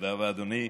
תודה רבה, אדוני.